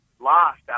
lost